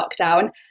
lockdown